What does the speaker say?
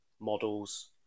models